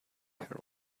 her